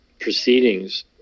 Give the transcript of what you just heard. proceedings